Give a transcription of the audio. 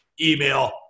email